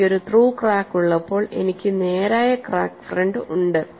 എനിക്ക് ഒരു through crack ഉള്ളപ്പോൾ എനിക്ക് നേരായ ക്രാക്ക് ഫ്രണ്ട് ഉണ്ട്